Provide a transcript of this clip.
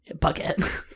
bucket